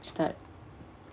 start